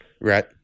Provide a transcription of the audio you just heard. Right